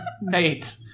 Nate